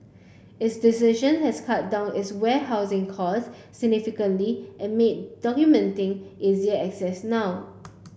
its decision has cut down its warehousing cost significantly and made documenting easier access now